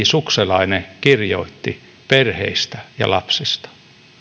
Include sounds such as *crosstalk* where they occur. *unintelligible* sukselainen kirjoitti perheistä ja lapsista